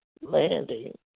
landing